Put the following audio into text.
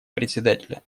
председателя